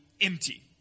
empty